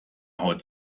haut